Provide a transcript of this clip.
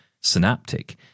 Synaptic